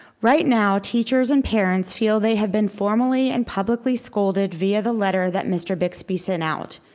right now, teachers and parents feel they have been formally and publicly scolded via the letter that mr. bixby sent out.